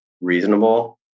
reasonable